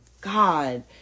god